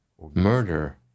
murder